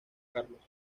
carlos